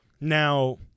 Now